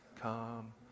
come